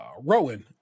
Rowan